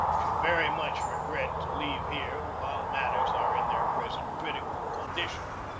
should very much regret to leave here while matters are in their present critical condition.